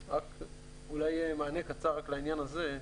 אולי מענה קצר רק לעניין הזה,